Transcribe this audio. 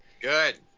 good